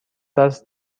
دست